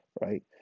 right